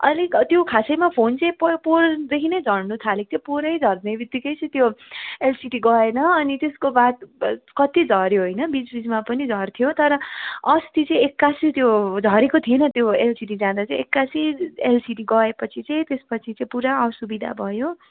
अलिक त्यो खासैमा फोन चाहिँ पो पोहोरदेखि नै झर्नु थालेको थियो पोहोरै झर्ने बित्तिकै चाहिँ त्यो एलसिडी गएन अनि त्यसको बाद कति झर्यो होइन बिच बिचमा पनि झर्थ्यो तर अस्ति चाहिँ एक्कासी त्यो झरेको थिएन एलसिडी जाँदा चाहिँ एक्कासी एलसिडी गए पछि चाहिँ त्यस पछि चाहिँ पुरा असुविधा भयो